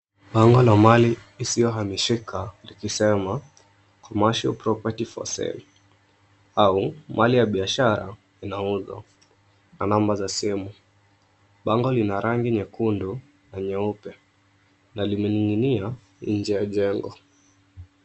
Bango la Mali isiyohamishika likisema, Commercial property for sale, au, Mali ya biashara inauzwa na nambari ya simu. Bango lina rangi nyekundu na nyeupe na limening'inia nje ya jengo.